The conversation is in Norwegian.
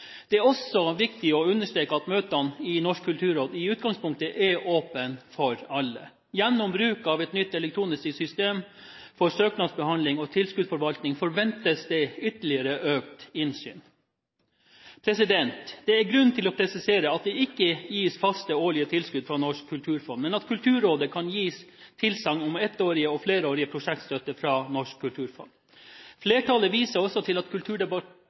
Det er også viktig å understreke at møtene i Norsk kulturråd i utgangspunktet er åpne for alle. Gjennom bruk av et nytt elektronisk system for søknadsbehandling og tilskuddsforvaltning forventes det ytterligere økt innsyn. Det er grunn til å presisere at det ikke gis faste, årlige tilskudd fra Norsk kulturfond, men at Kulturrådet kan gi tilsagn om ettårig og flerårig prosjektstøtte fra Norsk kulturfond. Flertallet viser også til at